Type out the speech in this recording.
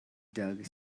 dog